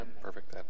perfect